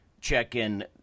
check-in